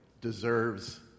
deserves